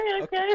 Okay